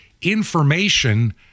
information